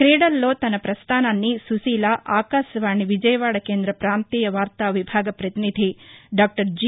క్రీడలలో తన ప్రస్థానాన్ని సుశీల ఆకాశవాణి విజయవాడ కేంద్ర ప్రాంతీయ వార్తా విభాగ పతినిధి డాక్టర్ జి